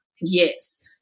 Yes